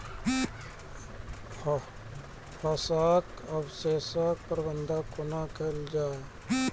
फसलक अवशेषक प्रबंधन कूना केल जाये?